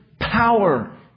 power